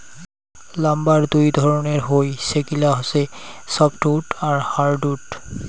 লাম্বারের দুই ধরণের হই, সেগিলা হসে সফ্টউড আর হার্ডউড